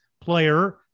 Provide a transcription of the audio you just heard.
player